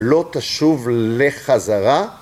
‫לא תשוב לחזרה?